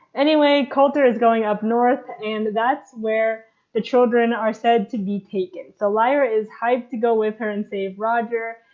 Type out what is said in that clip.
anyway coulter is going up north and that's where the children are said to be taken so lyra is hyped to go with her and save roger,